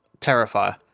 Terrifier